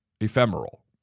ephemeral